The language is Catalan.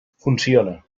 funciona